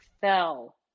fell